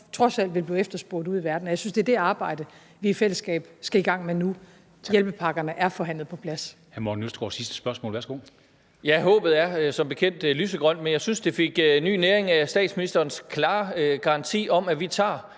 trods alt også vil blive efterspurgt ude i verden. Og jeg synes, det er det arbejde, vi i fællesskab skal i gang med nu; hjælpepakkerne er forhandlet på plads.